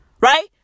right